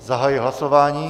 Zahajuji hlasování.